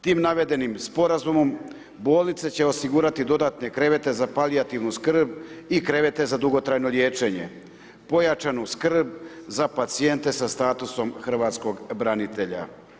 Tim navedenim sporazumom bolnice će osigurati dodatne krevete za palijativnu skrb i krevete za dugotrajno liječenje, pojačanu skrb za pacijente sa statusom hrvatskog branitelja.